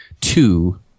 two